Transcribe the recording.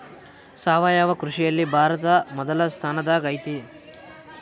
ಸಾವಯವ ಕೃಷಿಯಲ್ಲಿ ಭಾರತ ಮೊದಲ ಸ್ಥಾನದಾಗ್ ಐತಿ